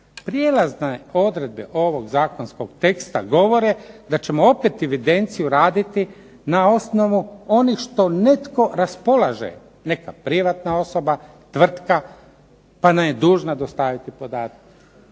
Prijelazne odredbe ovog zakonskog teksta govore da ćemo opet evidenciju raditi na osnovu onih što netko raspolaže, neka privatna osoba, tvrtka pa nam je dužna dostaviti podatke.